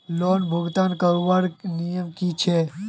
Loan भुगतान करवार नियम की छे?